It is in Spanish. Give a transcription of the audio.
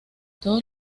todos